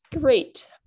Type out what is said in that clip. great